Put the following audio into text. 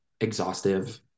exhaustive